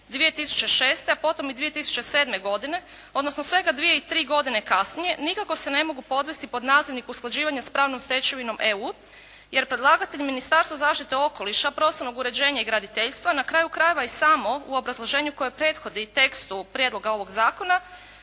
2006., a potom i 2007. godine odnosno svega dvije i tri godine kasnije, nikako se ne mogu podvesti pod nazivnik usklađivanja s pravnom stečevinom EU. Jer predlagatelj Ministarstvo zaštite okoliša, prostornog uređenja i graditeljstvo, na kraju krajeva i samo u obrazloženju koje prethodi tekstu prijedloga ovog zakona